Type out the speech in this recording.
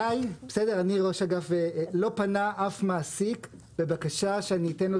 אלי לא פנה אף מעסיק בבקשה שאני אתן לו